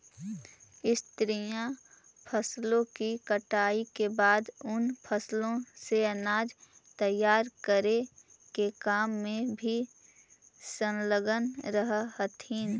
स्त्रियां फसलों की कटाई के बाद उन फसलों से अनाज तैयार करे के काम में भी संलग्न रह हथीन